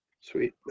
Sweet